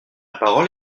parole